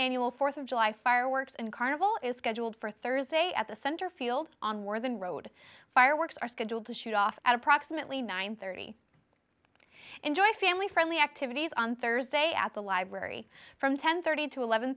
annual fourth of july fireworks and carnival is scheduled for thursday at the center field on more than road fireworks are scheduled to shoot off at approximately nine thirty enjoy a family friendly activities on thursday at the library from ten thirty to eleven